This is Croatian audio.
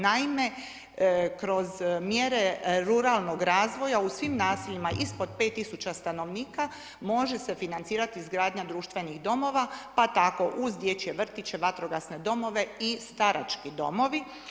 Naime, kroz mjere ruralnog razvoja u svim naseljima ispod 5000 stanovnika može se financirati izgradnja društvenih domova, pa tako uz dječje vrtiće, vatrogasne domove i starački domovi.